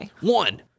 One